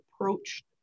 approached